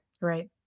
right